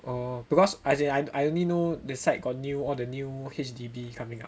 or because as in I only know the side got new all the new H_D_B coming up